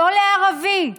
לא לערבי,